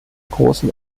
großen